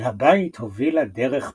אל הבית הובילה דרך פרטית,